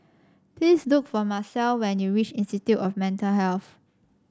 please look for Marcel when you reach Institute of Mental Health